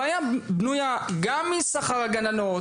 הבעיה בנויה גם משכר הגננות,